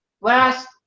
Last